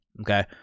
Okay